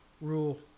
rule